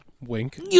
Wink